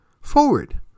forward